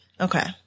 Okay